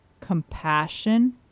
compassion